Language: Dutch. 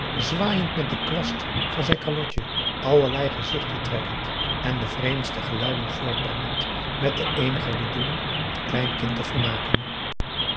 zwaaiend met den kwast van zijn calotje allerlei gezichten trekkend en de vreemdste geluiden voortbrengend met de eenige bedoeling t kleinkind te vermaken